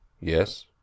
Yes